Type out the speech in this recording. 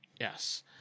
Yes